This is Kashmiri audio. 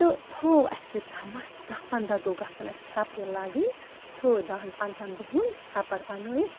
تہٕ تھوٚو اَسہِ یہِ دَمَس دَہ پنٛداہ دۄہ گژھن اَسہِ تھٮ۪پرٕ لَگٕنۍ تھٲو دَہَن پنٛدہَن دۄہَن تھٮ۪پر بَنٲیِتھ